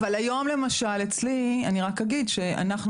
אבל אני רק אגיד שאצלי,